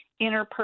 interpersonal